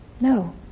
No